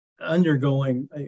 undergoing